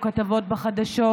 או כתבות בחדשות,